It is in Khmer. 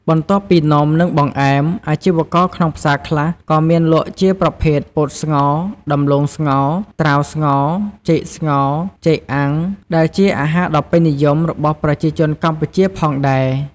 បន្ទាប់ពីនំ និងបង្អែម អាជីវករក្នុងផ្សារខ្លះក៏មានលក់ជាប្រភេទ ពោតស្ងោរ ដំឡូងស្ងោរ ត្រាវស្ងោរ ចេកស្ងោរ ចេកអាំង ដែលជាអាហារដ៏ពេញនិយមរបស់ប្រជាជនកម្ពុជាផងដែរ។